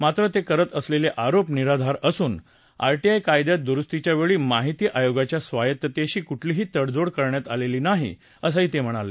मात्र ते करत असलेले आरोप निराधार असून आरटीआय कायद्यात दुरुस्तीच्या वेळी माहिती आयोगाच्या स्वायत्ततेशी कुठलीही तडजोड करण्यात आलेली नाही असं ते म्हणाले